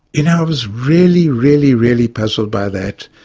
you know i was really, really really puzzled by that.